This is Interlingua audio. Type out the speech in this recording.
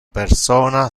persona